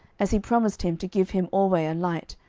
as he promised him to give him alway a light,